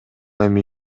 эми